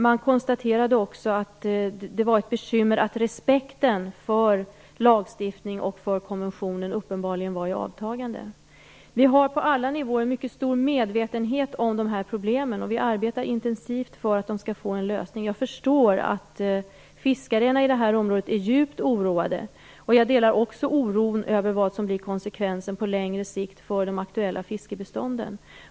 Man konstaterade också att det var ett bekymmer att respekten för lagstiftning och för konventionen uppenbarligen var i avtagande. Vi har på alla nivåer en mycket stor medvetenhet om de här problemen, och vi arbetar intensivt för att de skall få en lösning. Jag förstår att fiskarna i det här området är djupt oroade. Jag delar också oron över vad som blir konsekvensen på längre sikt för de aktuella fiskebestånden.